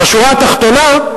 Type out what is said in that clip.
בשורה התחתונה,